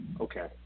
Okay